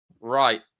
Right